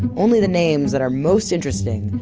only the names that are most interesting,